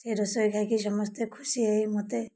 ସେ ରୋଷେଇ ଖାଇକି ସମସ୍ତେ ଖୁସି ହେଇ ମୋତେ